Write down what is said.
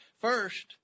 First